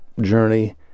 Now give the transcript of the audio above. journey